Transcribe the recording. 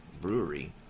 Brewery